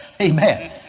amen